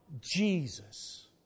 Jesus